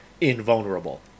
invulnerable